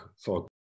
thought